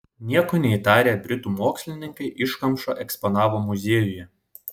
nieko neįtarę britų mokslininkai iškamšą eksponavo muziejuje